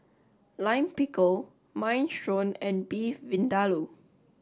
Lime Pickle Minestrone and Beef Vindaloo